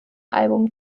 album